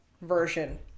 version